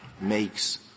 makes